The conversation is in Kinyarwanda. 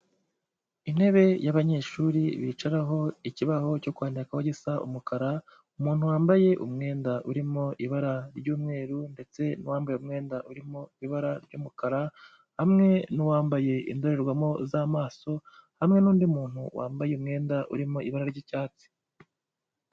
Intebe y'abanyeshuri bicaraho, ikibaho cyo kwandikaho gisa umukara, umuntu wambaye umwenda urimo ibara ry'umweru ndetse n'uwambaye umwenda urimo ibara ry'umukara, hamwe n'uwambaye indorerwamo z'amaso hamwe n'undi muntu wambaye umwenda urimo ibara ry'icyatsi.